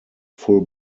full